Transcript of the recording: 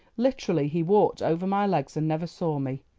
literally he walked over my legs and never saw me.